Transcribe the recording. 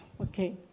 Okay